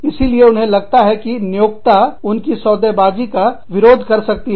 इसीलिए उन्हें लगता है कि नियोक्ता उनकी सौदेबाजी सौदेकारी का विरोध कर सकती है